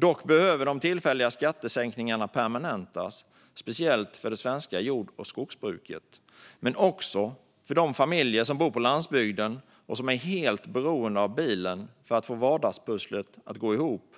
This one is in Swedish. Dock behöver de tillfälliga skattesänkningarna permanentas, speciellt för det svenska jord och skogsbruket men också för de familjer som bor på landsbygden och är helt beroende av bilen för att få vardagspusslet att gå ihop.